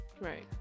Right